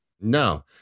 No